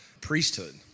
priesthood